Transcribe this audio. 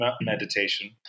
meditation